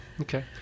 Okay